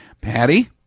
Patty